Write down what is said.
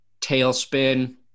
Tailspin